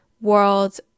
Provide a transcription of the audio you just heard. world